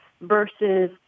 versus